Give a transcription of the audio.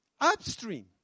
upstream